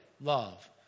love